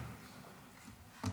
אלמוג כהן (עוצמה